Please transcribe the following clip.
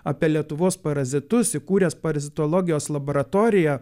apie lietuvos parazitus įkūręs parazitologijos laboratoriją